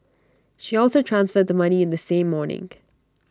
she also transferred the money in the same morning